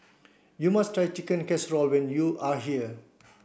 you must try Chicken Casserole when you are here